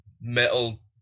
metal